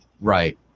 Right